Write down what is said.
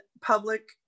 public